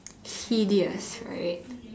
hideous right